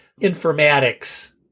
informatics